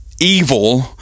evil